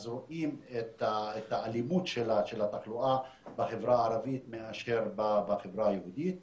רואים את האלימות של התחלואה בחברה הערבית למול בחברה היהודית.